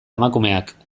emakumeak